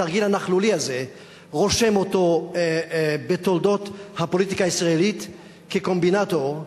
התרגיל הנכלולי הזה רושם אותו בתולדות הפוליטיקה הישראלית כקומבינטור,